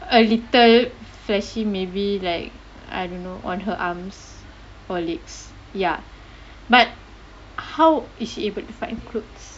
a little fleshy maybe like I don't know on her arms or legs ya but how is she able to find clothes